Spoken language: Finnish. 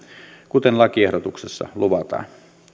kuten lakiehdotuksessa luvataan